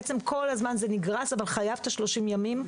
כל הזמן זה נגרס אבל חייבים מינימום 30 ימים.